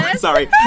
sorry